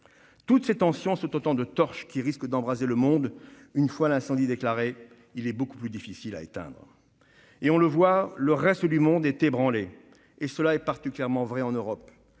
Toutes ces tensions sont autant de torches qui risquent d'embraser le monde. Une fois l'incendie déclaré, il est beaucoup plus difficile à éteindre. Le reste du monde est ébranlé, et cela est particulièrement vrai en Europe.